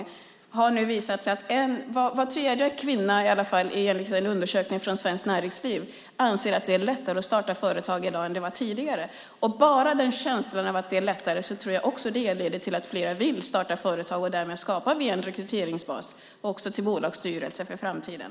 Det har nu visat sig att var tredje kvinna, i alla fall enligt en undersökning från Svenskt Näringsliv, anser att det är lättare att starta företag i dag än det var tidigare. Bara känslan av att det är lättare tror jag leder till att fler vill starta företag. Därmed skapar vi också en rekryteringsbas för bolagsstyrelser för framtiden.